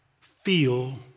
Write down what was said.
feel